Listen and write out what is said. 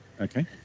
Okay